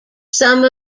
some